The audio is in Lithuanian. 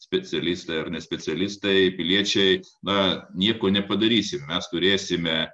specialistai ar ne specialistai piliečiai na nieko nepadarysi mes turėsime